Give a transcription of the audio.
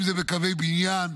אם זה בקווי בניין,